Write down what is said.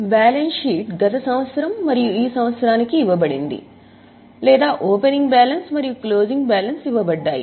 అప్పుడు balance sheet గత సంవత్సరం మరియు ఈ సంవత్సరానికి ఇవ్వబడింది లేదా ఓపెనింగ్ బ్యాలెన్స్ మరియు క్లోజింగ్ బ్యాలెన్స్ ఇవ్వబడ్డాయి